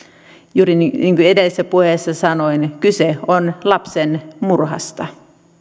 juuri niin kuin edellisessä puheessani sanoin kyse on lapsen murhasta